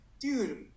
dude